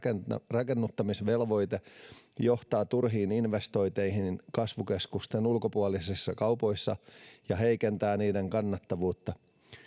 rakennuttamisvelvoite johtaa turhiin investointeihin kasvukeskusten ulkopuolisissa kaupoissa ja heikentää niiden kannattavuutta